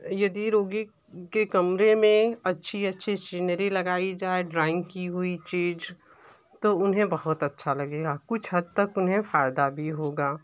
यदि रोगी के कमरे में अच्छी अच्छी सीनरी लगाई जाए ड्राइंग की हुई चीज़ तो उन्हें बहुत अच्छा लगेगा कुछ हद तक उन्हें फ़ायदा भी होगा